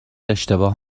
اشتباه